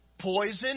poison